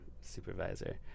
supervisor